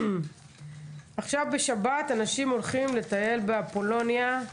עכשיו בשבת אנשים הולכים לטייל באפולוניה,